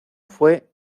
fue